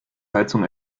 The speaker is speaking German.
heizung